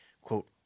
quote